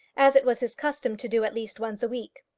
as it was his custom to do at least once a week.